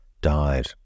died